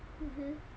mmhmm